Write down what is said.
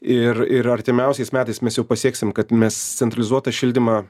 ir ir artimiausiais metais mes jau pasieksim kad mes centralizuotą šildymą